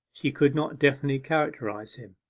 she could not definitely characterize him.